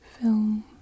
film